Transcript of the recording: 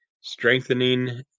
strengthening